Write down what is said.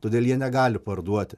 todėl jie negali parduoti